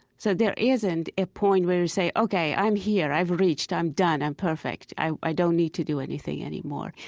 so there isn't a point where you say, ok, i'm here, i've reached, i'm done, i'm perfect. i don't need to do anything anymore.